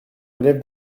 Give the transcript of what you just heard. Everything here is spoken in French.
relève